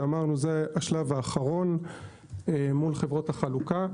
שאמרנו שזה השלב האחרון מול חברות החלוקה.